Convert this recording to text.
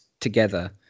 together